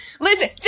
Listen